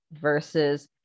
versus